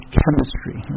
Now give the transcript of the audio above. chemistry